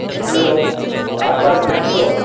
hello હા sir કેમ છો